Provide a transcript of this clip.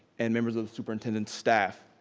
and members of the superintendents staff.